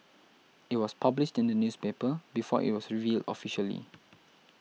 it was published in the newspaper before it was revealed officially